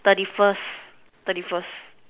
thirty first thirty first